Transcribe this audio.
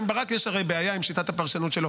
יש הרי בעיה עם שיטת הפרשנות של ברק,